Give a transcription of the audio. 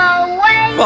away